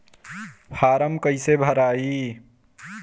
Form कईसे भराई?